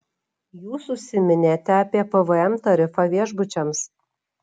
jūs užsiminėte apie pvm tarifą viešbučiams